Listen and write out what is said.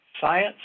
Science